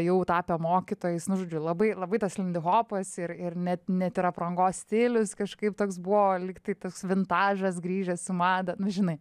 jau tapę mokytojais nu žodžiu labai labai tas lindihopas ir ir net net ir aprangos stilius kažkaip toks buvo lygtai toks vintažas grįžęs į madą nu žinai